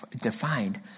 defined